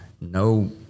no